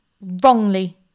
wrongly